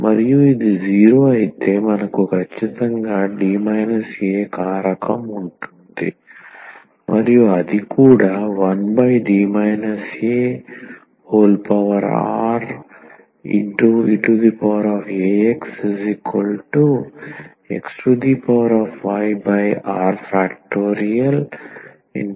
మరియు ఇది 0 అయితే మనకు ఖచ్చితంగా D a కారకం ఉంటుంది మరియు అది కూడా 1D areaxxrr